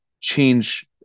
change